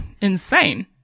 insane